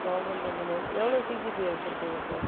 government engineering எவ்வளோ CGPA வச்சுருக்கீங்க sir